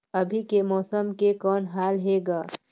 अभी के मौसम के कौन हाल हे ग?